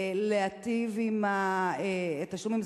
להיטיב עם התשלומים,